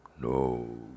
No